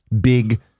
big